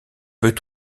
peut